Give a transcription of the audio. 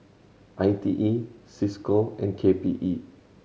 I T E Cisco and K P E